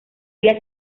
día